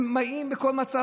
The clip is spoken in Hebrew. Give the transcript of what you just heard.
הם באים בכל מצב.